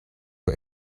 but